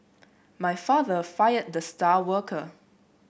my father fired the star worker